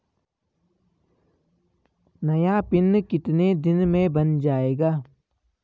नया पिन कितने दिन में बन जायेगा?